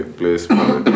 place